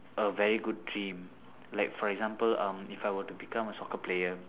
a very good dream like for example um if I were to become a soccer player